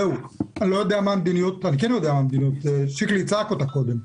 אני כן יודע מה המדיניות ושיקלי אמר אותה קודם.